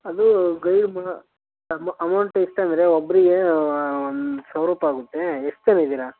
ಅದು ಗೈಡ್ ಮಾ ಅಮ ಅಮೌಂಟ್ ಎಷ್ಟು ಅಂದರೆ ಒಬ್ಬರಿಗೆ ಒಂದು ಸಾವಿರ ರೂಪಾಯಿ ಆಗುತ್ತೆ ಎಷ್ಟು ಜನ ಇದೀರಾ